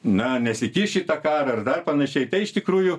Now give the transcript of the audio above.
na nesikiš į tą karą ar dar panašiai iš tikrųjų